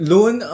Loan